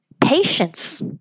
patience